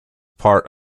part